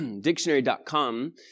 Dictionary.com